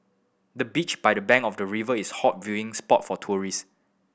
the bench by the bank of the river is hot viewing spot for tourist